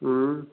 اۭں